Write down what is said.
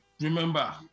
Remember